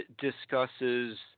discusses